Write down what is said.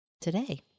today